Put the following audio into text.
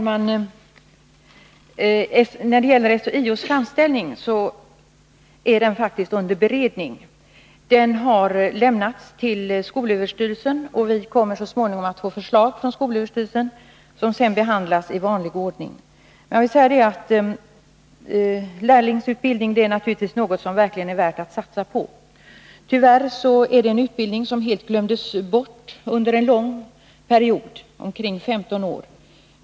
Herr talman! SHIO:s framställning är faktiskt under beredning. Den har överlämnats till skolöverstyrelsen, och vi kommer så småningom att få ett förslag därifrån, som sedan behandlas i vanlig ordning. Lärlingsutbildningen är naturligtvis någonting som verkligen är värt att satsa på. Tyvärr är det en utbildning som glömdes bort under en lång period, omkring 15 år.